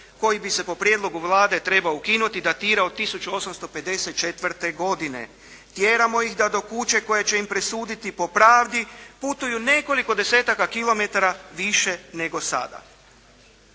koji bi se po prijedlogu Vlade trebao ukinuti datira od 1854. godine. Tjeramo ih do kuće koje će im dosuditi po pravdi putuju nekoliko desetaka kilometara više nego sada.